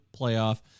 playoff